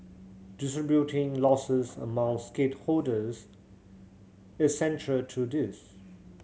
distributing losses among stakeholders is central to this